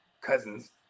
Cousins